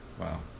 Wow